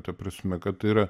ta prasme kad tai yra